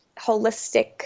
holistic